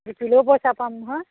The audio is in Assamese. বেচিলেও পইচা পাম নহয়